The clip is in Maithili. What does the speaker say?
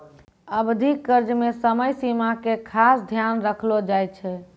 अवधि कर्ज मे समय सीमा के खास ध्यान रखलो जाय छै